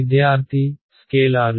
విద్యార్థి స్కేలర్లు